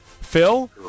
Phil